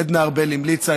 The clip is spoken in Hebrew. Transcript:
עדנה ארבל המליצה,